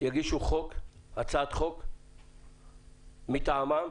יגישו הצעת חוק מטעמם